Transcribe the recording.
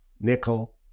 nickel